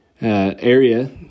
area